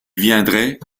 viendrait